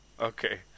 okay